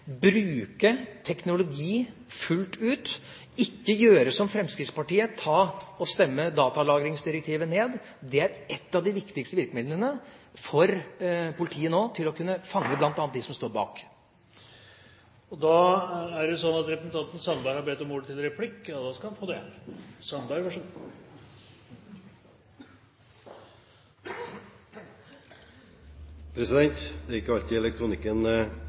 bruke teknologi fullt ut og ikke gjøre som Fremskrittspartiet, stemme datalagringsdirektivet ned. Det er nå et av de viktigste virkemidlene for politiet til å kunne fange bl.a. dem som står bak. Jeg hører justisministeren er overrasket. Jeg er særdeles overrasket over at justisministeren fortsatt ikke greier å se forskjellen på å overvåke og